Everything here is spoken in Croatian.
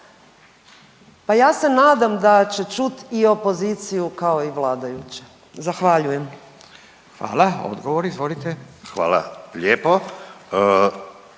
pa ja se nadam da će čut i opoziciju, kao i vladajuće. Zahvaljujem. **Radin, Furio (Nezavisni)** Hvala. Odgovor